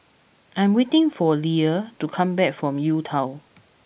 I am waiting for Liller to come back from U Town